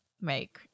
make